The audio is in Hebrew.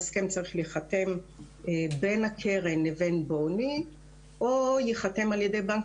ההסכם צריך להיחתם בין הקרן לבין BONY או ייחתם על ידי בנק